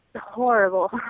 horrible